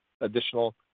additional